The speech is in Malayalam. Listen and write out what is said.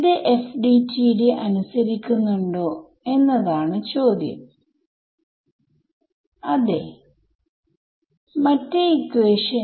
അതിനെ ഞാൻ FDTD യിൽ നിന്ന് കിട്ടുന്ന കമ്പ്യൂട്ടഡ് സൊല്യൂഷനുമായി താരതമ്യപ്പെടുത്തി നോക്കും